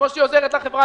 גם אם זה אשתו או בעלה.